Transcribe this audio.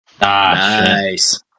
Nice